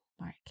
Mark